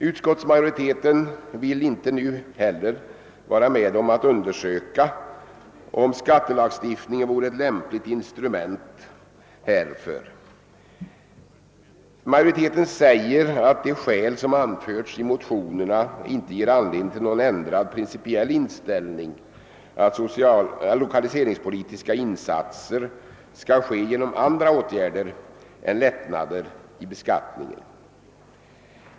Utskottsmajoriteten vill inte nu lika litet som tidigare vara med om att undersöka om skattelagstiftning vore ett lämpligt instrument härför. Majoriteten säger att de skäl som anförts i motionerna inte ger anledning till någon ändrad principiell inställning och att lokaliseringspolitiska insatser skall ske genom andra åtgärder än lättnader i beskattningen.